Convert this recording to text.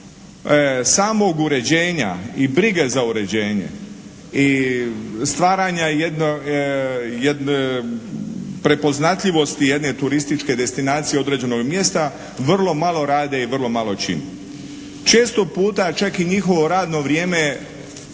samog uređenja i brige za uređenje i stvaranja prepoznatljivosti jedne turističke destinacije određenog mjesta vrlo malo rade i vrlo malo čine. Često puta čak i njihovo radno vrijeme